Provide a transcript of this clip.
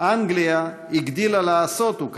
"אנגליה הגדילה לעשות", הוא כתב,